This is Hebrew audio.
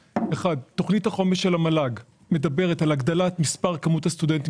תכנית החומש של המל"ג מדברת גם על הגדלת מספר הסטודנטים